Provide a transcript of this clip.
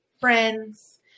Friends